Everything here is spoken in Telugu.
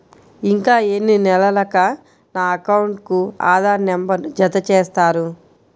ఇంకా ఎన్ని నెలలక నా అకౌంట్కు ఆధార్ నంబర్ను జత చేస్తారు?